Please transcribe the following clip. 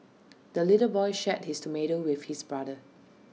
the little boy shared his tomato with his brother